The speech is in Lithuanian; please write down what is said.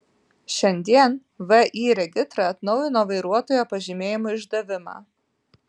šiandien vį regitra atnaujino vairuotojo pažymėjimų išdavimą